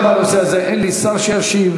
גם בנושא הזה אין לי שר שישיב,